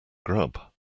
grub